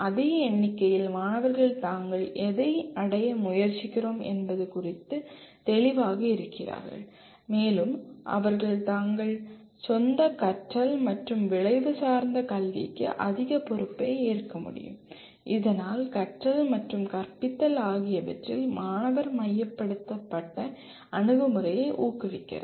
அதே எண்ணிக்கையில் மாணவர்கள் தாங்கள் எதை அடைய முயற்சிக்கிறோம் என்பது குறித்து தெளிவாக இருக்கிறார்கள் மேலும் அவர்கள் தங்கள் சொந்த கற்றல் மற்றும் விளைவு சார்ந்த கல்விக்கு அதிக பொறுப்பை ஏற்க முடியும் இதனால் கற்றல் மற்றும் கற்பித்தல் ஆகியவற்றில் மாணவர் மையப்படுத்தப்பட்ட அணுகுமுறையை ஊக்குவிக்கிறது